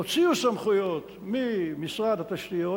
הוציאו סמכויות ממשרד התשתיות,